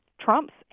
Trump's